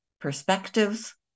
perspectives